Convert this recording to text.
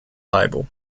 label